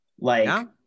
Like-